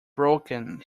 broken